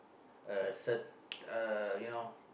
uh set uh you know